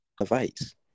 Advice